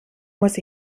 muss